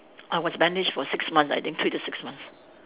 I was bandaged for six months I think three to six months